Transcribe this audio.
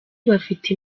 bafite